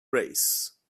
race